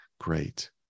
Great